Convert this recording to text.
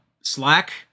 Slack